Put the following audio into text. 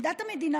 עמדת המדינה,